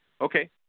okay